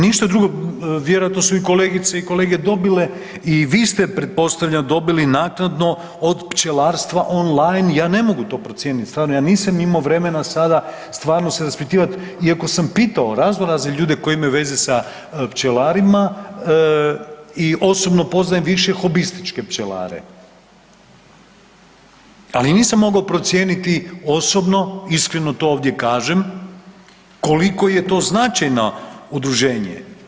Ništa drugo, vjerojatno su i kolegice i kolege dobile, i vi ste, pretpostavljam dobili, naknadno od pčelarstva online, ja ne mogu to procijeniti, stvarno, ja nisam imao vremena sada stvarno se raspitivati, iako sam pitao razno razne ljude koji imaju veze sa pčelarima i osobno poznajem više hobističke pčelare, ali nisam mogao procijeniti osobno, iskreno to ovdje kažem, koliko je to značajno udruženje.